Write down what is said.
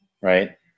Right